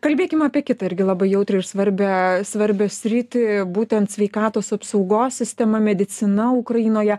kalbėkim apie kitą irgi labai jautrią ir svarbią svarbią sritį būtent sveikatos apsaugos sistema medicina ukrainoje